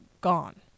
gone